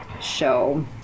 show